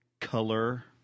color